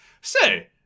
Say